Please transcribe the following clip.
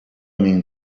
mean